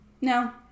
No